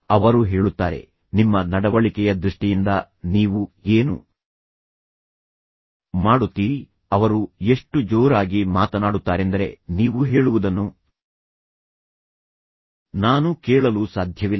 ಅವರು ಹೇಳುತ್ತಾರೆ ನಿಮ್ಮ ನಡವಳಿಕೆಯ ದೃಷ್ಟಿಯಿಂದ ನೀವು ಏನು ಮಾಡುತ್ತೀರಿ ಅವರು ಎಷ್ಟು ಜೋರಾಗಿ ಮಾತನಾಡುತ್ತಾರೆಂದರೆ ನೀವು ಹೇಳುವುದನ್ನು ನಾನು ಕೇಳಲು ಸಾಧ್ಯವಿಲ್ಲ